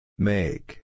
Make